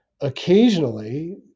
Occasionally